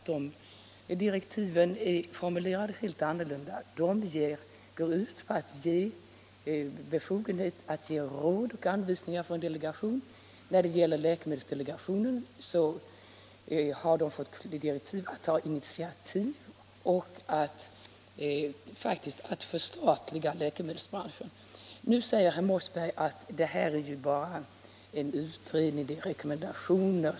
De direktiven är formulerade helt annorlunda. De går ut på att ge en delegation befogenheter att lämna råd och anvisningar. Läkemedelsdelegationen har fått direktiv att ta initiativ och, faktiskt, att förstatliga läkemedelsbranschen. Nu säger herr Mossberg att det här bara är en utredning, som skall ge rekommendationer.